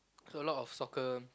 so a lot of soccer